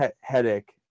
headache